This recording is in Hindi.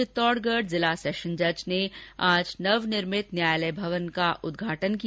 चित्तौड़गढ़ सेशन जज ने आज नवनिर्मित न्यायलय भवन के उद्घाटन किया